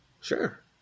Sure